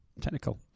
technical